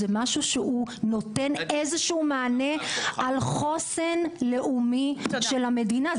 זה משהו שנותן איזשהו מענה על חוסן לאומי של המדינה.